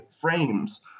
frames